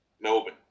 Melbourne